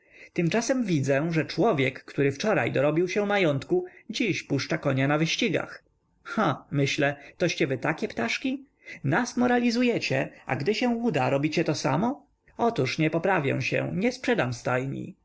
tymczasem widzę że człowiek który wczoraj dorobił się majątku dziś puszcza konia na wyścigach ha myślę toście wy takie ptaszki nas moralizujecie a gdy się uda robicie to samo otóż nie poprawię się nie sprzedam stajni